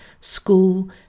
school